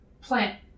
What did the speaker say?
plant